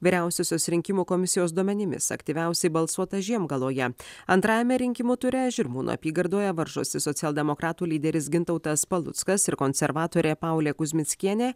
vyriausiosios rinkimų komisijos duomenimis aktyviausiai balsuota žiemgaloje antrajame rinkimų ture žirmūnų apygardoje varžosi socialdemokratų lyderis gintautas paluckas ir konservatorė paulė kuzmickienė